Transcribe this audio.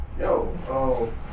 Yo